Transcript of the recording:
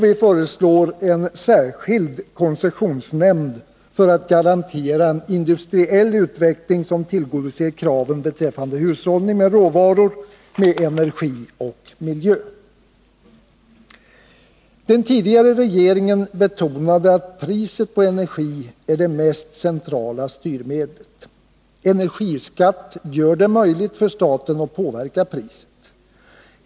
Vi föreslår också en särskild koncessionsnämnd för att garantera en industriell utveckling som tillgodoser kraven beträffande hushållning med råvaror, energi och miljö. Den tidigare regeringen betonade att priset på energi är det mest centrala styrmedlet. Energiskatt gör det möjligt för staten att påverka priset.